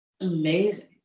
Amazing